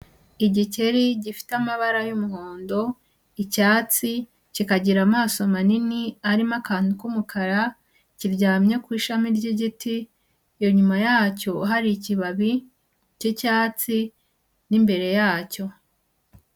Igikeri gifite amabara y'umuhondo, icyatsi, kikagira amaso manini arimo akantu k'umukara, kiryamye ku ishami ry'igiti, inyuma yacyo hari ikibabi cy'icyatsi n'imbere yacyo.